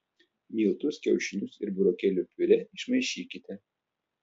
miltus kiaušinius ir burokėlių piurė išmaišykite